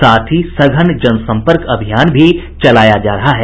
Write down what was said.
साथ ही सघन जनसंपर्क अभियान भी चलाया जा रहा है